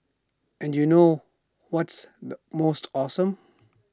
and you know what's the most awesome